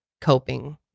coping